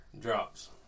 Drops